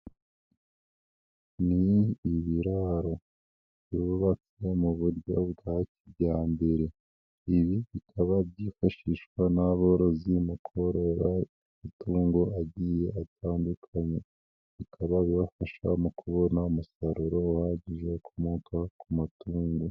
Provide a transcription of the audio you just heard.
Ni ibiraro byubatswe mu buryo bwa kijyambere, ibi bikaba byifashishwa n'aborozi mu korora amatungo agiye atandukanye, bikaba bibafasha mu kubona umusaruro uhagije, ukomoka ku matungo.